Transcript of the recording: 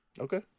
Okay